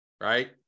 right